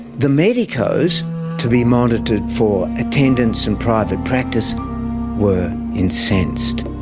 the medicos to be monitored for attendance and private practice were incensed.